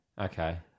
Okay